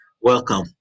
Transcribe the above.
welcome